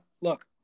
look